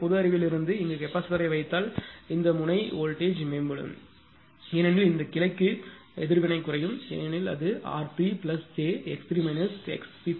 எனவே பொது அறிவில் இருந்து இங்கு கெபாசிட்டர் யை வைத்தால் இந்த முனை வோல்டேஜ்மேம்படும் ஏனெனில் இந்த கிளைக்கு எதிர்வினை குறையும் ஏனெனில் அது r3j